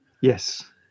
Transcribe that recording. yes